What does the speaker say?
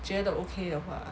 觉得 okay 的话